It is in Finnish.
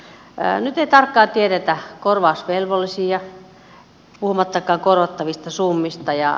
nyt ei tarkkaan tiedetä korvausvelvollisia puhumattakaan korvattavista summista